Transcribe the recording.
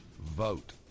vote